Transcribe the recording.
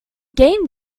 game